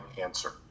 answer